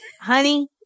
honey